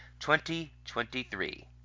2023